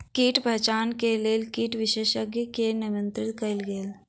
कीट पहचान के लेल कीट विशेषज्ञ के निमंत्रित कयल गेल